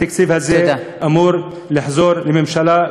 התקציב הזה אמור לחזור לממשלה,